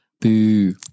boo